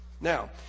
Now